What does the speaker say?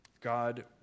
God